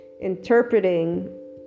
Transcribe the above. interpreting